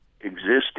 existing